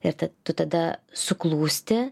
ir tu tada suklūsti